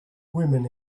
women